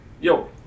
Yo